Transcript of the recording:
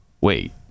wait